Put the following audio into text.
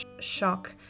shock